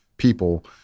People